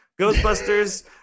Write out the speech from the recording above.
Ghostbusters